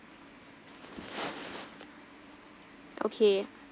okay